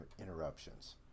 interruptions